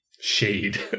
shade